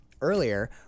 earlier